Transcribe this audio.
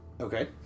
Okay